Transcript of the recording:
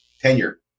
tenure